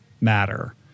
matter